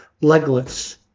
Legless